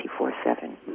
24-7